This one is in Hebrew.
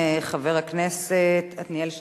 חבר הכנסת עתניאל שנלר.